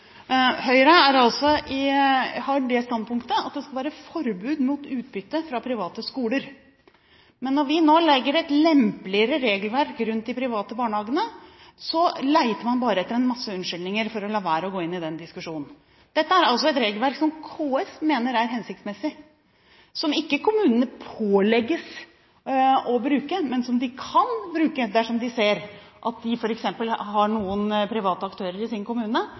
Høyre har det standpunktet at det skal være forbud mot utbytte fra private skoler. Men når vi nå legger et lempeligere regelverk rundt de private barnehagene, leter man bare etter en masse unnskyldninger for å la være å gå inn i den diskusjonen. Dette er altså et regelverk som KS mener er hensiktsmessig, som ikke kommunene pålegges å bruke, men som de kan bruke dersom de ser at de f.eks. har noen private aktører i sin kommune